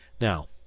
now